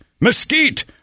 mesquite